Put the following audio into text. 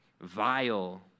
vile